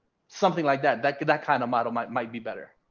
something like that, that could that kind of model might might be better.